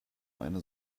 eine